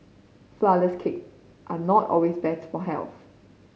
flourless cake are not always better for health